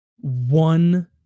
one